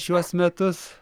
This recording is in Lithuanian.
šiuos metus